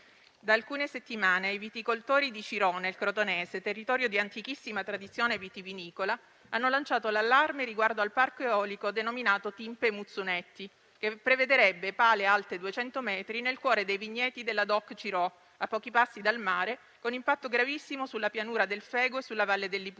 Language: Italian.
da alcune settimane i viticoltori di Cirò, nel crotonese, territorio di antichissima tradizione vitivinicola, hanno lanciato l'allarme riguardo al Parco eolico denominato Timpe di Muzzunetti, che dovrebbe prevedere pale alte 200 metri nel cuore dei vigneti della DOC Cirò, a pochi passi dal mare, con impatto gravissimo sulla pianura del Fego e sulla valle del